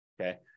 okay